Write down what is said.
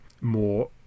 more